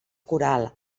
coral